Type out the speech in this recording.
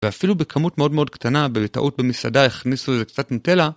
ואפילו בכמות מאוד מאוד קטנה, בטעות במסעדה הכניסו לזה קצת נוטלה